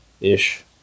ish